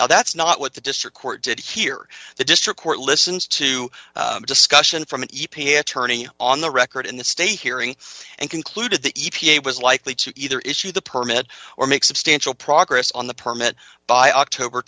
now that's not what the district court did here the district court listens to a discussion from an e p a attorney on the record in the state hearing and concluded the e p a was likely to either issue the permit or make substantial progress on the permit by october